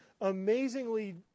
amazingly